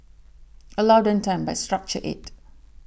allow them time but structure it